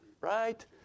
right